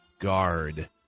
guard